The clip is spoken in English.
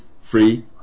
free